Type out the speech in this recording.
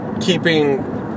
keeping